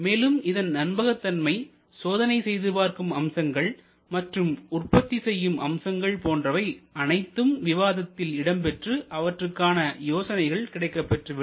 மேலும் இதன் நம்பகத்தன்மை சோதனை செய்து பார்க்கும் அம்சங்கள் மற்றும் உற்பத்தி செய்யும் அம்சங்கள் போன்றவை அனைத்தும் விவாதத்தில் இடம்பெற்று அவற்றுக்கான யோசனைகள் கிடைக்கப் பெற்று விடும்